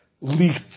leaked